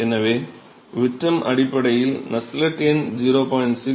எனவே விட்டம் அடிப்படையில் நஸ்லெட் எண் 0